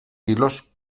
kilos